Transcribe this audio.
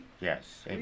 Yes